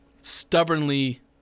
stubbornly